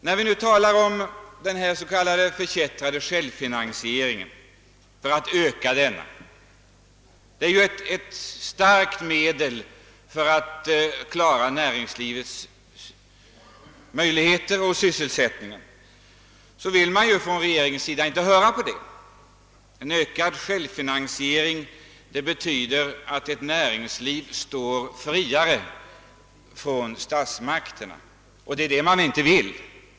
När vi talar om hur man skall öka den förkättrade självfinansie ringen — ett starkt medel för att klara näringslivets problem och sysselsättningen — så vill man ju på regeringens sida inte höra på detta. En ökad självfinansiering betyder att näringslivet står friare från statsmakterna, och det är det man inte vill.